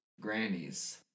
Grannies